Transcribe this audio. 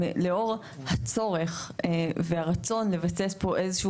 לאור הצורך והרצון לבסס פה איזה שהוא